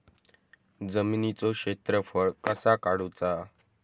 जमिनीचो क्षेत्रफळ कसा काढुचा?